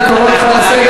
אני מדבר עניינית.